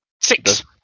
Six